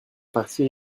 partir